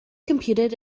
computed